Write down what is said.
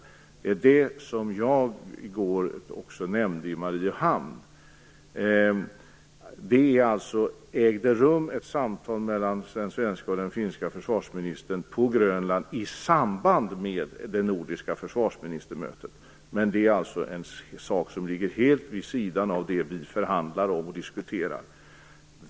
Det var det som jag i går också nämnde i Mariehamn. Det ägde alltså rum ett samtal mellan den svenske och den finska försvarsministern på Grönland i samband med det nordiska försvarsministermötet. Men det är alltså en sak som ligger helt vid sidan av det vi förhandlar om och diskuterar.